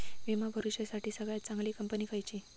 विमा भरुच्यासाठी सगळयात चागंली कंपनी खयची?